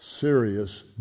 serious